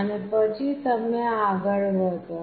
અને પછી તમે આગળ વધો